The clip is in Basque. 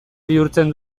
bihurtzen